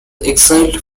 exiled